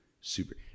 super